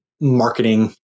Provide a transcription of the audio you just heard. marketing